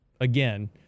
again